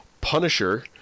punisher